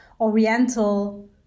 Oriental